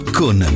con